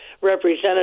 representative